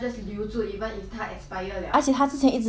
而且她之前一直觉得说 orh I only got one mouth